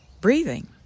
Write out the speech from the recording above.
breathing